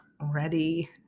ready